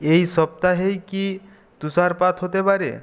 এই সপ্তাহেই কি তুষারপাত হতে পারে